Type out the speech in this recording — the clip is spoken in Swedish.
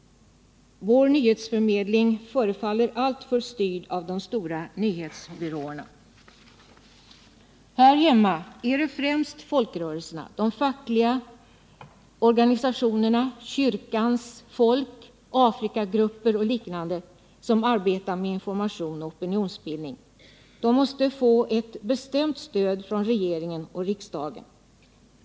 Vår nyhetsförmedling förefaller alltför styrd av de stora nyhetsbyråerna. Här hemma är det främst folkrörelserna, de fackliga organisationerna, kyrkans folk, Afrikagrupper och liknande som arbetar med information och opinionsbildning. De måste få ett bestämt stöd från regeringen och riksdagen.